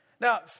Now